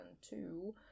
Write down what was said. two